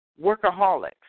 workaholics